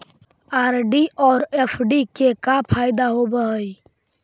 RD और FD के का फायदा होव हई?